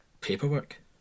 paperwork